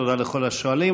תודה לכל השואלים.